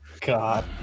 God